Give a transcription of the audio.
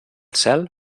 cel